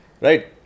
Right